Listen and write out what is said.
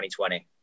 2020